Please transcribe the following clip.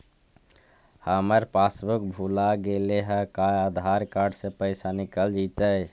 हमर पासबुक भुला गेले हे का आधार कार्ड से पैसा निकल जितै?